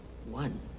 One